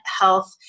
Health